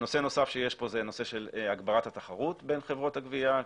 נושא נוסף זה הגברת התחרות בין חברות הגבייה.